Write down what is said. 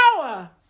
power